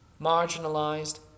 marginalized